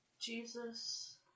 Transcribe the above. Jesus